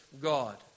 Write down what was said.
God